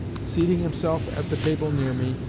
seating himself at the table near me,